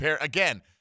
again